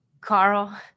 Carl